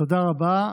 תודה רבה.